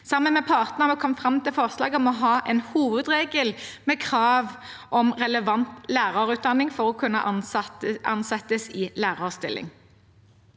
Sammen med partene er vi kommet fram til et forslag om å ha en hovedregel med krav om relevant lærerutdanning for å kunne ansettes i lærerstilling.